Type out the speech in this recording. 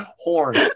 horns